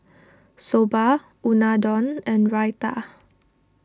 Soba Unadon and Raita